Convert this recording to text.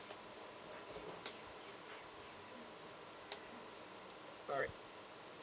alright